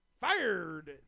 fired